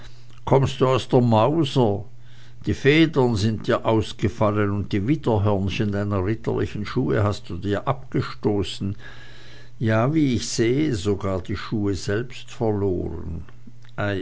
kommst du aus der mauser die federn sind dir ausgefallen und die widderhörnchen deiner ritterlichen schuhe hast du dir abgestoßen ja wie ich sehe sogar die schuhe selbst verloren